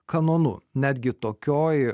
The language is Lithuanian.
kanonu netgi tokioj